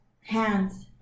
Hands